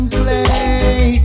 play